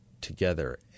together